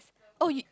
oh you